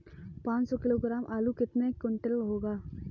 पाँच सौ किलोग्राम आलू कितने क्विंटल होगा?